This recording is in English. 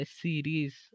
series